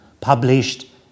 published